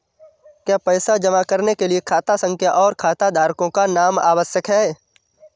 क्या पैसा जमा करने के लिए खाता संख्या और खाताधारकों का नाम आवश्यक है?